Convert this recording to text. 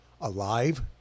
alive